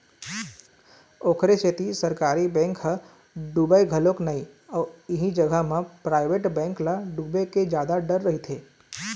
ओखरे सेती सरकारी बेंक ह डुबय घलोक नइ अउ इही जगा म पराइवेट बेंक ल डुबे के जादा डर रहिथे